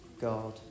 God